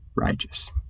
righteous